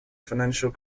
financial